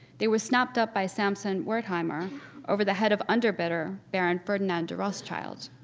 they were snapped up by samson wertheimer over the head of underbidder, baron ferdinand de rothschild.